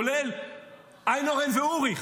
כולל איינהורן ואוריך,